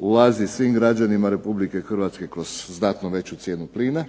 ulazi svim građanima Republike Hrvatske kroz znatno veću cijenu plina